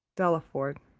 delaford